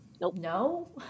no